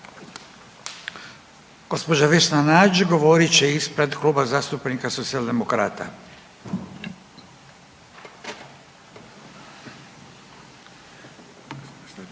Gospođa Vena Nađ govorit će ispred Kluba zastupnika socijaldemokrata.